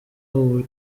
ubu